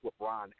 LeBron